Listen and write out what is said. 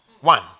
one